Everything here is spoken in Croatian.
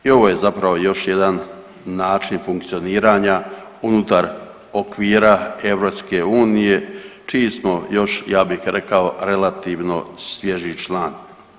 I ovo je zapravo još jedan način funkcioniranja unutar okvira EU čiji smo još ja bih rekao relativno svježi član.